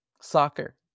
Soccer